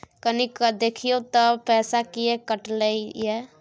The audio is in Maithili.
कनी देखियौ त पैसा किये कटले इ?